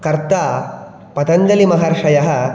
कर्ता पतञ्जलिमहर्षयः